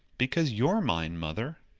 because you're mine, mother.